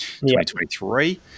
2023